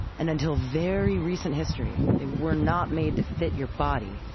and until very recent history, they were not made to fit your body.